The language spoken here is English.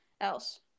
else